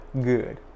Good